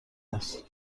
است